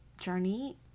journey